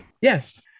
Yes